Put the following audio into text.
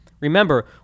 Remember